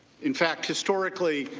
in fact historically,